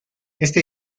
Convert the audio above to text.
esta